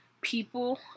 people